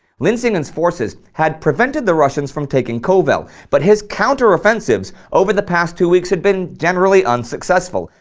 linsingen's forces had prevented the russians from taking kovel, but his counter offensives over the past two weeks had been generally unsuccessful,